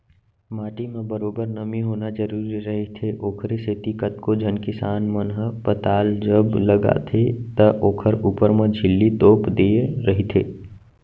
माटी म बरोबर नमी होना जरुरी रहिथे, ओखरे सेती कतको झन किसान मन ह पताल जब लगाथे त ओखर ऊपर म झिल्ली तोप देय रहिथे